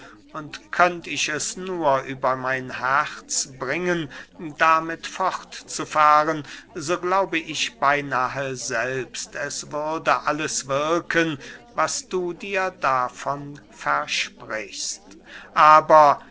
und könnt ich es nur über mein herz bringen damit fortzufahren so glaube ich beynahe selbst es würde alles wirken was du dir davon versprichst aber